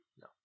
No